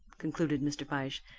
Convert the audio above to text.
concluded mr. fyshe,